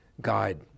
guide